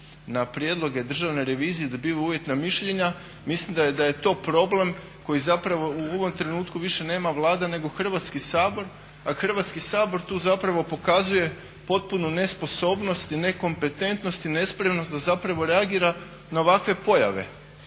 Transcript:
na prijedloge Državne revizije i dobivaju uvjetna mišljenja, mislim da je to problem koji zapravo u ovom trenutku više nema Vlada nego Hrvatski sabor, a Hrvatski sabor tu zapravo pokazuje potpunu nesposobnost i nekompetentnost i nespremnost da zapravo reagira na ovakve pojave.